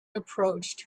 approached